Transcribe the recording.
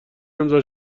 امضا